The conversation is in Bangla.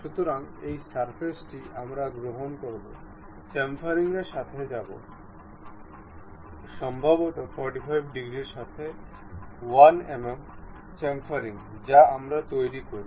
সুতরাং এই সারফেস টি আমরা গ্রহণ করব চ্যামফারিংয়ের সাথে যাব সম্ভবত 45 ডিগ্রীর সাথে 1 mm চ্যামফার যা আমরা তৈরি করি